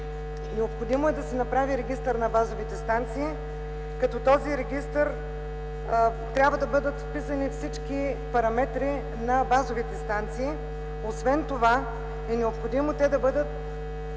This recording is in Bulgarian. необходимо е да се направи Регистър на базовите станции, като в този регистър трябва да бъдат вписани всички параметри на базовите станции. Необходимо е те да бъдат